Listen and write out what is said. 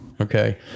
Okay